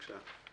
בבקשה.